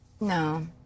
No